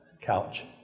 couch